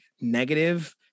negative